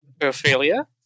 Ophelia